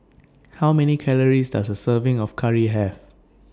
How Many Calories Does A Serving of Curry Have